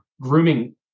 grooming